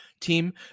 team